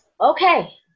okay